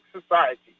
society